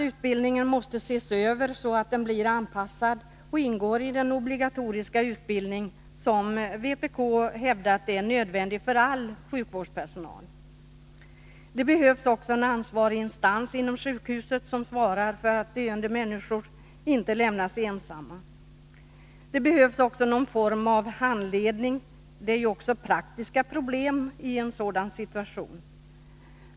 Utbildningen måste ses över så att den blir anpassad till kraven och ingår i den obligatoriska utbildning som vpk hävdat är nödvändig för all sjukvårdspersonal. Det behövs också en ansvarig instans inom sjukhuset som svarar för att döende människor inte lämnas ensamma. Det behövs vidare någon form av handledning — det uppstår ju också praktiska problem i en sådan situation.